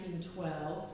1912